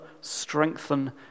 strengthen